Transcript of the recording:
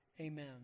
amen